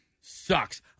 sucks